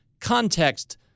context